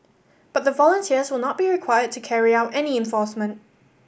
but the volunteers will not be required to carry out any enforcement